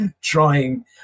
trying